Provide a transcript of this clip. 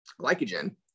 glycogen